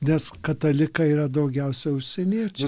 nes katalikai yra daugiausiai užsieniečiai